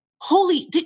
holy